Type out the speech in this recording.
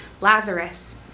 Lazarus